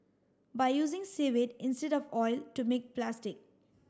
by using seaweed instead of oil to make plastic